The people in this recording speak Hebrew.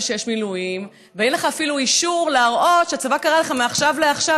שיש מילואים ואין לך אפילו אישור להראות שהצבא קרא לך מעכשיו לעכשיו,